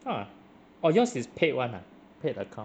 !huh! orh yours is paid [one] ah paid account